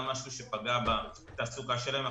נשים ערביות היה משהו שפגע בתעסוקה שלהן.